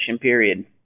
period